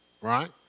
right